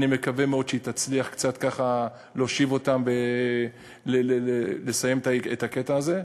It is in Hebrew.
אני מקווה מאוד שהיא תצליח קצת ככה להושיב אותם ולסיים את הקטע הזה,